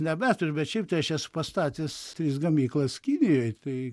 nebeturiu bet šiaip tai aš esu pastatęs tris gamyklas kinijoj tai